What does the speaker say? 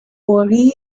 hori